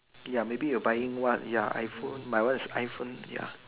ya maybe you are buying what ya iPhone my one is iPhone ya